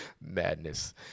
Madness